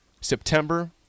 September